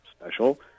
special